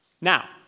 Now